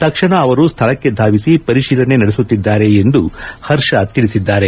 ತಕ್ಷಣ ಅವರು ಸ್ಥಳಕ್ಕೆ ಧಾವಿಸಿ ಪರಿಶೀಲನೆ ನಡೆಸುತ್ತಿದ್ದಾರೆ ಎಂದು ಹರ್ಷ ತಿಳಿಸಿದ್ದಾರೆ